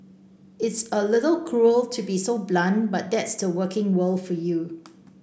it's a little cruel to be so blunt but that's the working world for you